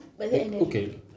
okay